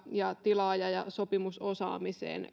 ja tilaaja ja sopimusosaaminen